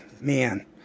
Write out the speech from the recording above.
man